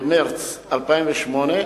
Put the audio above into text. במרס 2008,